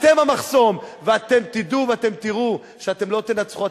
אתם המחסום, ואתם תדעו ואתם תראו שאתם לא תנצחו.